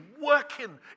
working